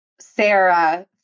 Sarah